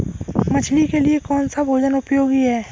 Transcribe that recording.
मछली के लिए कौन सा भोजन उपयोगी है?